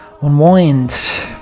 unwind